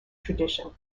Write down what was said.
tradition